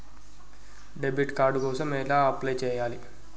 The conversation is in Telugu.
డెబిట్ కార్డు కోసం ఎలా అప్లై చేయాలి?